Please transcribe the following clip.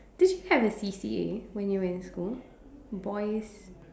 did you have a C_C_A when you were in school boys